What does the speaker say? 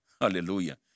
hallelujah